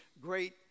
great